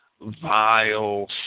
vile